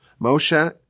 Moshe